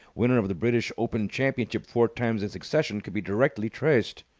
winner of the british open championship four times in succession, could be directly traced.